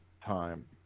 time